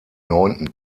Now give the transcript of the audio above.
neunten